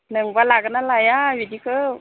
नोंबा लागोना लाया बिदिखौ